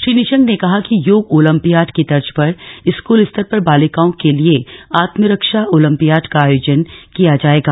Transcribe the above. श्री निशंक ने कहा कि योग ओलंपियाड की तर्ज पर स्कूल स्तर पर बालिकाओं के लिए आत्मरक्षा ओलंपियाड का आयोजन किया जाएगा